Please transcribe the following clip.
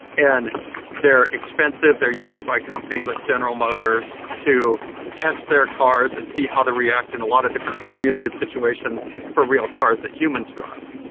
and they're expensive, they're used by companies like general motors to test their cars and see how they react in a lot of different simulated situations for real cars that humans drive.